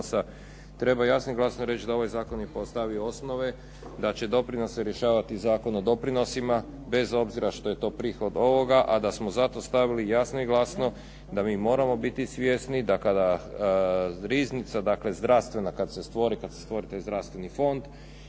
Treba jasnim glasom reći da ovaj zakon je postavio osnove, da će doprinose rješavati Zakon o doprinosima, bez obzira što je to prihod ovoga, a da smo zato stavili jasno i glasno da mi moramo biti svjesni da kada riznica, dakle zdravstvena kad se stvori, kad se stvori taj zdravstveni fond